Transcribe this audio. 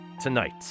tonight